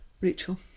Rachel